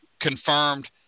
confirmed